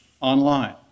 online